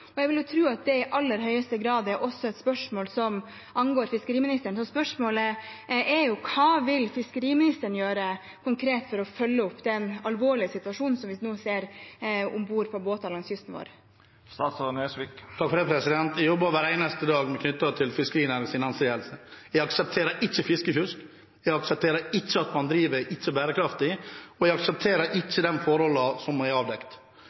og jeg vil jo tro at det i aller høyeste grad er et spørsmål som angår også fiskeriministeren. Så spørsmålet er: Hva konkret vil fiskeriministeren gjøre for å følge opp den alvorlige situasjonen som vi nå ser om bord på båter langs kysten vår? Jeg jobber hver eneste dag med fiskerinæringens anseelse. Jeg aksepterer ikke fiskefusk, jeg aksepterer ikke at man ikke driver bærekraftig, og jeg aksepterer ikke de forholdene som er